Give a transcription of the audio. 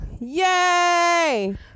Yay